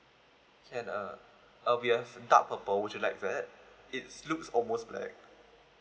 can uh uh we have dark purple would you like that it's looks almost black